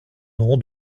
nom